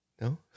no